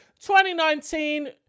2019